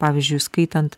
pavyzdžiui skaitant